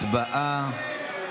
הצבעה.